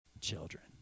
Children